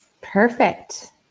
Perfect